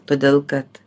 todėl kad